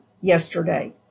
yesterday